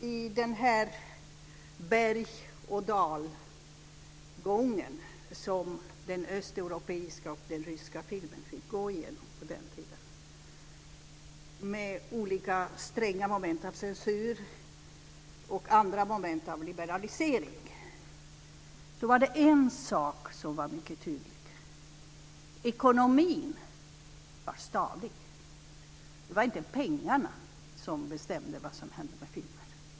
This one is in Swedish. I den bergochdalbana som den östeuropeiska och den ryska filmen fick gå igenom på den tiden med olika stränga moment av censur och andra moment av liberalisering var det en sak som var mycket tydlig, att ekonomin var stadig. Det var inte pengarna som bestämde vad som hände med filmen.